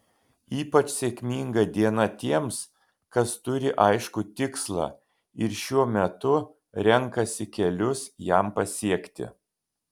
ypač sėkminga diena tiems kas turi aiškų tikslą ir šiuo metu renkasi kelius jam pasiekti